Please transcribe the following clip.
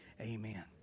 amen